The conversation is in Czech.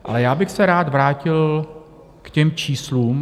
Ale já bych se rád vrátil k těm číslům.